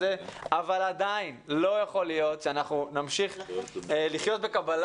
זה אבל עדיין לא יכול להיות שאנחנו נמשיך לחיות בידיעה